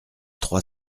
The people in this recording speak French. trois